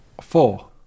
Four